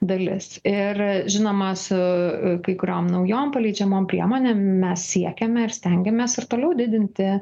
dalis ir žinoma su kai kuriom naujom paleidžiamom priemonėm mes siekiame ir stengiamės ir toliau didinti